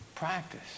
practice